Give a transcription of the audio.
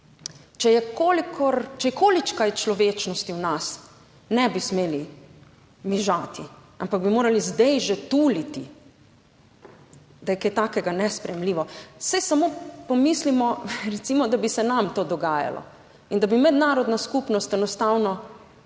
Če je količkaj človečnosti v nas, ne bi smeli mižati, ampak bi morali zdaj že tuliti, da je kaj takega nesprejemljivo. Saj samo pomislimo recimo, da bi se nam to dogajalo in da bi mednarodna skupnost enostavno